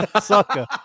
Sucker